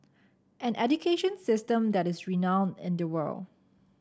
an education system that is renowned in the world